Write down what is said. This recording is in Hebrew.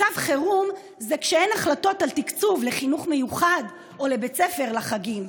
מצב חירום זה כשאין החלטות על תקצוב לחינוך מיוחד או לבית ספר לחגים,